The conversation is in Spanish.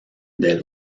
del